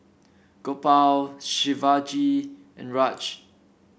Gopal Shivaji and Raj